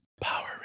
Power